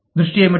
దృష్టి ఏమిటి